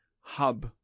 hub